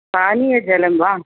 पानीयजलं वा